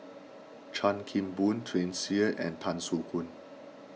Chan Kim Boon Tsung Yeh and Tan Soo Khoon